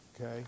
Okay